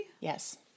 Yes